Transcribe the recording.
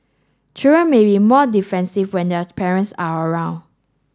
children may be more defensive when their parents are around